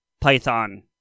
Python